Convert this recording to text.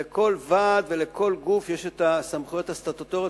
לכל ועד ולכל גוף יש סמכויות סטטוטוריות